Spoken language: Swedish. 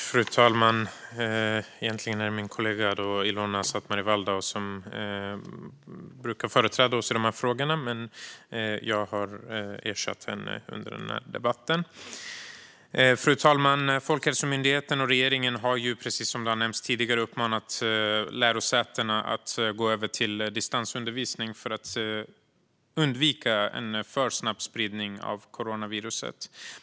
Fru talman! Egentligen är det min kollega Ilona Szatmari Waldau som brukar företräda oss i de här frågorna, men jag ersätter henne under den här debatten. Fru talman! Folkhälsomyndigheten och regeringen har, precis som nämnts tidigare, uppmanat lärosätena att gå över till distansundervisning för att undvika en snabb spridning av coronaviruset.